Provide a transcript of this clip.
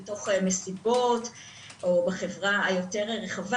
בתוך מסיבות או בחברה היותר רחבה.